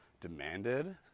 demanded